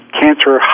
cancer